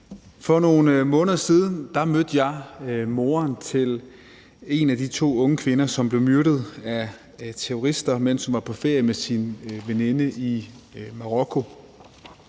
For nogle måneder siden mødte jeg moren til en af de to unge kvinder, som blev myrdet af terrorister, mens hun var på ferie med sin veninde i Marokko.